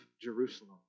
Jerusalem